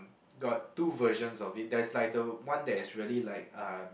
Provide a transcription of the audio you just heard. got two versions of it there's like the one that is really like uh